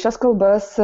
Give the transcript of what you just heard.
šias kalbas